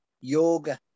yoga